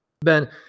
Ben